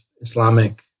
Islamic